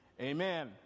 amen